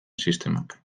sistemak